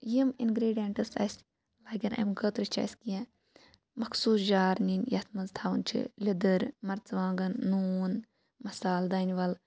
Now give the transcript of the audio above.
یِم اِنگِرٛیٖڈِیَنٛٹٕس اسہِ لَگن امہِ خٲطرٕ چھِ اسہِ کینٛہہ مَخصوٗص جار نِنۍ یَتھ منٛز تھاوٕنۍ چھِ لیدٕر مَرژٕوانٛگَن نوٗن مَسال دانِوَل